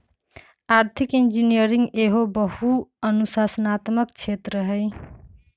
आर्थिक इंजीनियरिंग एहो बहु अनुशासनात्मक क्षेत्र हइ